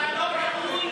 התשפ"א 2021,